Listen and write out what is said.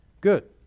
good